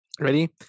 ready